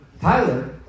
Tyler